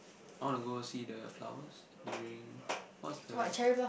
I want to go see the flowers during what's the